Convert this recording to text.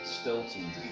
stilton